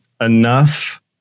enough